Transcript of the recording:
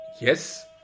Yes